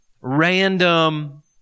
random